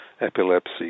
epilepsy